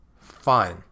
fine